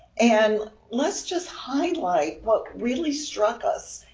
and let's just highlight what really struck us.